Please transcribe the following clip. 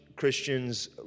Christians